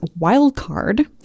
Wildcard